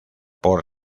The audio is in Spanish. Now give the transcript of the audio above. por